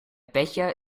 becher